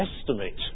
estimate